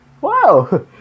Wow